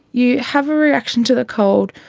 you have a reaction to the cold,